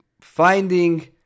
finding